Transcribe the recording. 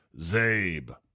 Zabe